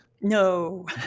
No